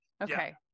Okay